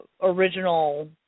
original